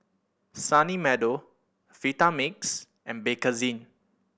Sunny Meadow Vitamix and Bakerzin